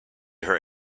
her